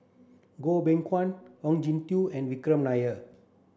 Goh Beng Kwan Ong Jin Teong and Vikram Nair